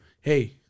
Hey